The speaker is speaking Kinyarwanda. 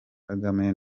kagame